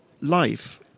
life